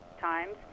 times